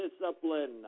discipline